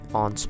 on